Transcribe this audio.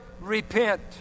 repent